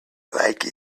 like